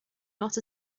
not